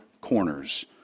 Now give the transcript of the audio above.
corners